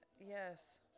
Yes